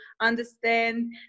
understand